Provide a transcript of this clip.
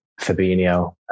Fabinho